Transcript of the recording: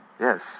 yes